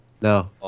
No